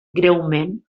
greument